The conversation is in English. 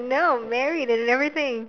no married and everything